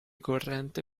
corrente